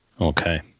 Okay